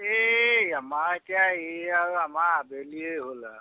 এই আমাৰ এতিয়া এই আৰু আমাৰ আবেলিয়ে হ'ল আৰু